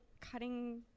cutting